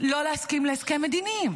לא להסכים להסכם מדיני,